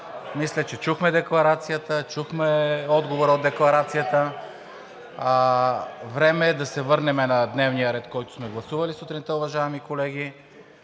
Мисля, че чухме декларацията, чухме отговора от декларацията. Време е да се върнем на дневния ред, който сме гласували сутринта, уважаеми колеги,